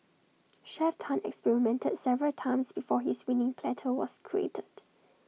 Chef Tan experimented several times before his winning platter was created